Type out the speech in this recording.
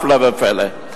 הפלא ופלא.